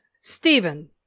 Stephen